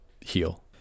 heal